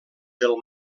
del